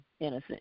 innocent